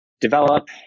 develop